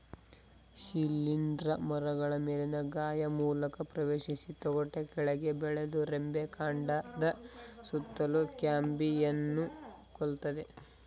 ಶಿಲೀಂಧ್ರ ಮರಗಳ ಮೇಲಿನ ಗಾಯ ಮೂಲಕ ಪ್ರವೇಶಿಸಿ ತೊಗಟೆ ಕೆಳಗೆ ಬೆಳೆದು ರೆಂಬೆ ಕಾಂಡದ ಸುತ್ತಲೂ ಕ್ಯಾಂಬಿಯಂನ್ನು ಕೊಲ್ತದೆ